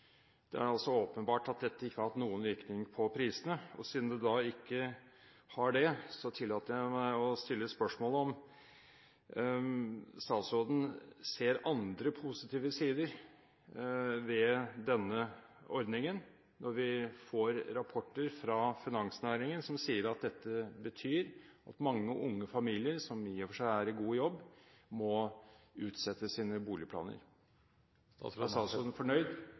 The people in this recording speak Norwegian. Det er altså åpenbart at dette ikke har hatt noen virkning på prisene. Siden det da ikke har det, tillater jeg meg å stille spørsmål om statsråden ser andre positive sider ved denne ordningen, når vi får rapporter fra finansnæringen om at dette betyr at mange unge familier som i og for seg er i god jobb, må utsette sine boligplaner. Er statsråden fornøyd